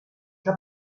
que